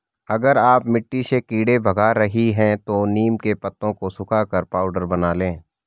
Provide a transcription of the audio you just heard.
अगर आप मिट्टी से कीड़े भगा रही हैं तो नीम के पत्तों को सुखाकर पाउडर बना लें